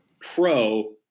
pro